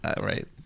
right